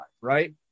Right